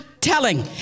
telling